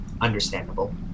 Understandable